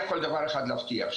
היום יש לנו מספיק דוקטורים ויש לנו